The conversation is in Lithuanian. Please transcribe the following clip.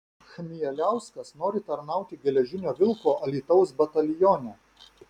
chmieliauskas nori tarnauti geležinio vilko alytaus batalione